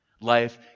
Life